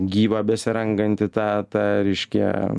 gyvą besirangantį tą tą reiškia